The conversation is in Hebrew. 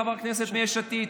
חברת הכנסת מיש עתיד,